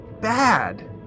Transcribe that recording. bad